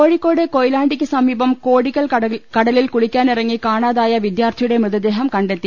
കോഴിക്കോട് കൊയിലാണ്ടിക്ക് സമീപം കോടിക്കൽ കടലിൽ കുളിക്കാനിറങ്ങി കാണാതായ വിദ്യാർഥിയുടെ മൃതദേഹം കണ്ടെത്തി